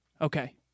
Okay